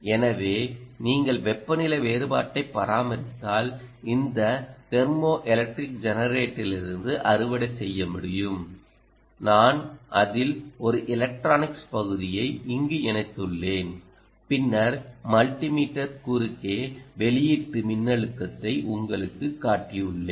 எனவே நீங்கள் வெப்பநிலை வேறுபாட்டை பராமரித்தால் இந்த தெர்மோஎலக்ட்ரிக் ஜெனரேட்டரிலிருந்து அறுவடை செய்ய முடியும் நான் அதில் நான் ஒரு எலக்ட்ரானிக்ஸ் பகுதியை இங்கு இணைத்துள்ளேன் பின்னர் மல்டிமீட்டர் குறுக்கே வெளியீட்டு மின்னழுத்தத்தை உங்களுக்குக் காட்டியுள்ளேன்